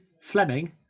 fleming